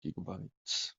gigabytes